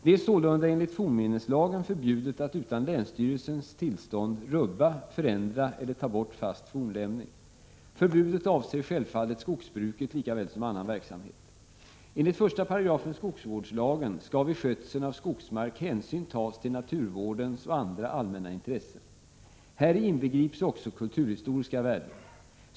Det är sålunda enligt fornminneslagen förbjudet att utan länsstyrelsens tillstånd rubba, förändra eller ta bort fast fornlämning. Förbudet avser självfallet skogsbruket lika väl som annan verksamhet. Enligt 1§ skogsvårdslagen skall vid skötseln av skogsmark hänsyn tas till naturvårdens och andra allmänna intressen. Häri inbegrips också kulturhistoriska värden.